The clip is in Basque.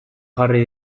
jarri